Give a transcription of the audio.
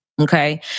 Okay